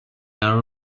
are